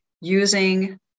using